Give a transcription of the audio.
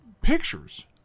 pictures